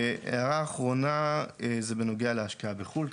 הערה אחרונה בנוגע להשקעה בחו"ל.